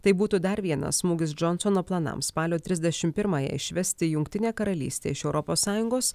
tai būtų dar vienas smūgis džonsono planams spalio trisdešim pirmąją išvesti jungtinę karalystę iš europos sąjungos